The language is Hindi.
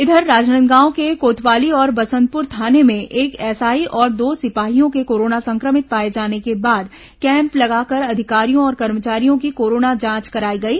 इधर राजनांदगांव के कोतवाली और बसंतपुर थाने में एक एसआई और दो सिपाहियों के कोरोना संक्रमित पाए जाने के बाद कैम्प लगाकर अधिकारियों और कर्मचारियों की कोरोना जांच कराई गई